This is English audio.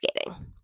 skating